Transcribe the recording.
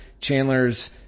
Chandler's